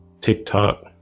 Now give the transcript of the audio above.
TikTok